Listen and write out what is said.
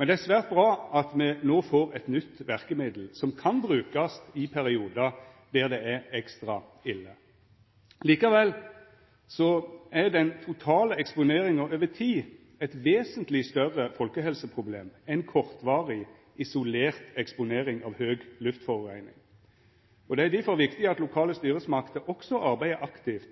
men det er svært bra at me no får eit nytt verkemiddel som kan brukast i periodar når det er ekstra ille. Likevel er den totale eksponeringa over tid eit vesentleg større folkehelseproblem enn kortvarig, isolert eksponering av høg luftforureining, og det er difor viktig at lokale styresmakter også arbeider aktivt